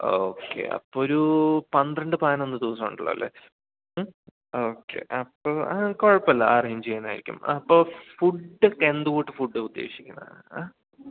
okay അപ്പോഴൊരു പന്ത്രണ്ട് പതിനൊന്ന് ദിവസമുണ്ടല്ലോ അല്ലേ ഓക്കേ അപ്പോള് അത് കുഴപ്പമില്ല അറേഞ്ച് ചെയ്യുന്നതായിരിക്കും അപ്പോള് ഫുഡൊക്കെ എന്ത് കൂട്ടം ഫുഡാണ് ഉദ്ദേശിക്കുന്നത്